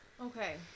Okay